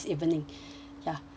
ya alright